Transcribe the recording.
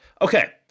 Okay